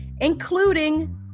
including